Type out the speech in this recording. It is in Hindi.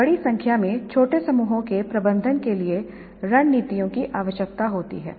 और बड़ी संख्या में छोटे समूहों के प्रबंधन के लिए रणनीतियों की आवश्यकता होती है